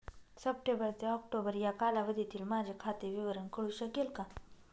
September ते ऑक्टोबर या कालावधीतील माझे खाते विवरण कळू शकेल का?